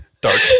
Dark